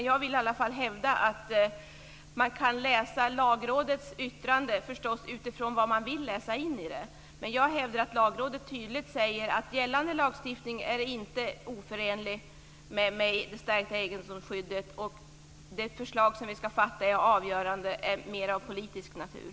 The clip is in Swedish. Jag vill i alla fall hävda att man kan läsa Lagrådets yttrande utifrån vad man vill läsa in i det. Jag hävdar att Lagrådet tydligt säger att gällande lagstiftning inte är oförenlig med det stärkta egendomsskyddet. Det beslut vi ska fatta är mer av politisk natur.